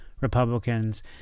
Republicans